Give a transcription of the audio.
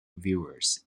viewers